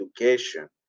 education